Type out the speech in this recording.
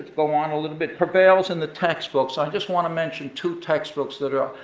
go on a little bit, prevails in the textbooks. i just wanna mention two textbooks that are,